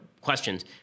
questions